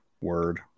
Word